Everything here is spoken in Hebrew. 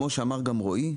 כמו שאמר רועי,